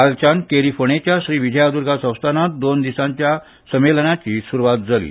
कालच्यान केरी फोंडेंच्या श्री विजयादर्गा संस्थानांत दोन दिसाच्या संमेलनाची सुरवात जाली